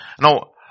Now